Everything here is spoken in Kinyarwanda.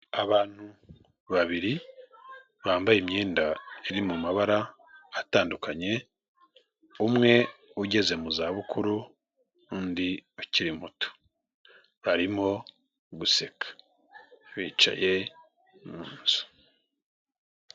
Abantu babiri bambaye imyenda iri mu mabara atandukanye, umwe ugeze mu zabukuru undi ukiri muto barimo guseka bicaye mu nzu.